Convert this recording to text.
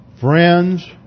friends